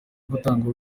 gutangwa